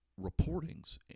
reportings